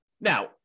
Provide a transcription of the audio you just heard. Now